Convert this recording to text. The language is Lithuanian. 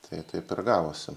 tai taip ir gavosi